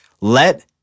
let